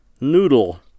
Noodle